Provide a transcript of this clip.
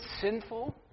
sinful